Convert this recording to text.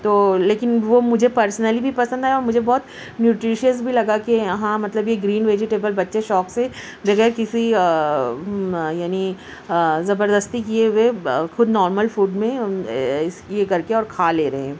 تو لیکن وہ مجھے پرسنلی بھی پسند آیا اور مجھے بہت نیوٹریشیس بھی لگا کہ ہاں مطلب یہ گرین ویجٹیبل بچے شوق سے بغیر کسی یعنی زبردستی کیے ہوئے خود نارمل فوڈ میں اس یہ کر کے اور کھا لے رہے ہیں